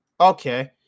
Okay